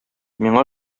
миңа